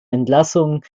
entlassung